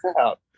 out